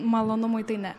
malonumui tai ne